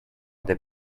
des